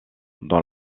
dans